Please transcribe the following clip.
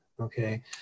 Okay